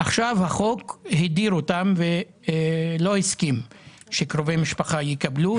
ועכשיו החוק הדיר אותם ולא הסכים שקרובי משפחה יקבלו.